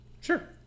Sure